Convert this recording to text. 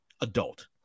adult